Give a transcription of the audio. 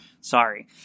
Sorry